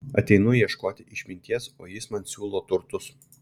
ateinu ieškoti išminties o jis man siūlo turtus